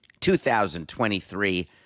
2023